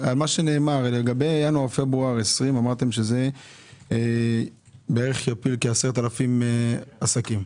לגבי ינואר-פברואר 2020 אמרתם שזה יפיל בערך 10,000 עסקים.